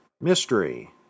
mystery